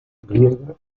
griega